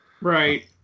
Right